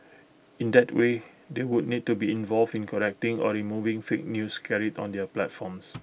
in that way they would need to be involved in correcting or removing fake news carried on their platforms